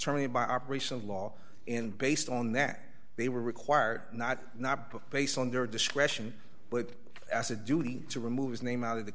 terminated by operation of law and based on that they were required not not based on their discretion but as a duty to remove his name out of the